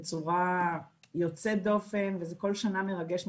בצורה יוצאת דופן וזה כל שנה מאוד מרגש מחדש.